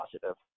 positive